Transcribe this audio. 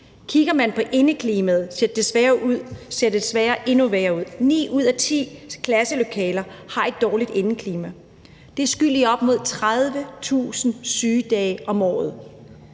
Kigger man på indeklimaet, ser det desværre endnu værre ud. Ni ud af ti klasselokaler har et dårligt indeklima, og det er skyld i op mod 30.000 sygedage om året.